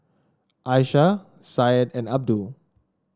Aisyah Syed and Abdul